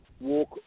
walk